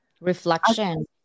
reflection